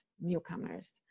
newcomers